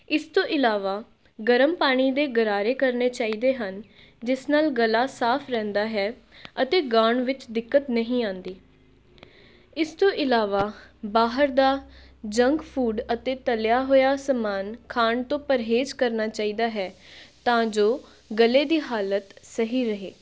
ਇਸ ਤੋਂ ਇਲਾਵਾ ਗਰਮ ਪਾਣੀ ਦੇ ਗਰਾਰੇ ਕਰਨੇ ਚਾਹੀਦੇ ਹਨ ਜਿਸ ਨਾਲ ਗਲਾ ਸਾਫ ਰਹਿੰਦਾ ਹੈ ਅਤੇ ਗਾਉਣ ਵਿੱਚ ਦਿੱਕਤ ਨਹੀਂ ਆਉਂਦੀ ਇਸ ਤੋਂ ਇਲਾਵਾ ਬਾਹਰ ਦਾ ਜੰਕ ਫੂਡ ਅਤੇ ਤਲਿਆ ਹੋਇਆ ਸਮਾਨ ਖਾਣ ਤੋਂ ਪਰਹੇਜ਼ ਕਰਨਾ ਚਾਹੀਦਾ ਹੈ ਤਾਂ ਜੋ ਗਲੇ ਦੀ ਹਾਲਤ ਸਹੀ ਰਹੇ